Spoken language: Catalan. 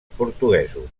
portuguesos